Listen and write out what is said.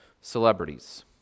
celebrities